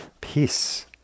peace